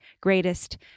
Greatest